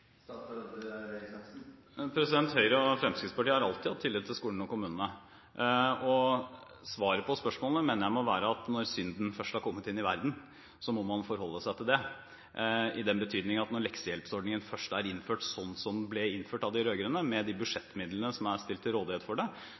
Høyre og Fremskrittspartiet har alltid hatt tillit til skolene og kommunene. Svaret på spørsmålet mener jeg må være at når synden først har kommet inn i verden, må man forholde seg til det, i den betydning at når leksehjelpordningen først er innført, sånn som den ble innført av de rød-grønne, med de budsjettmidlene som er stilt til rådighet for det,